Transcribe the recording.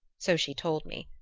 so she told me,